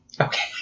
Okay